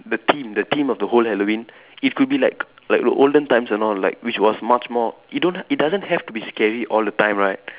the theme the theme of the whole Halloween it could be like like the olden times and all like which was much more it don't it doesn't have to be scary all the time right